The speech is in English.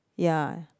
ya